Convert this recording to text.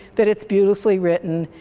that it's beautifully written,